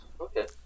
Okay